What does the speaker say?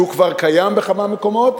שהוא כבר קיים בכמה מקומות.